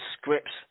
scripts